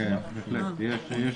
כן, אנשים